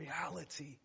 reality